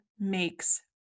Makes